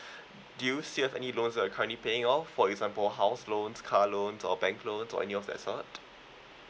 do you still have any loans uh currently paying off for example house loans car loans or bank loan or any of that sort